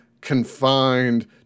confined